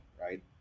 right